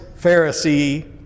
Pharisee